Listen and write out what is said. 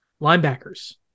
linebackers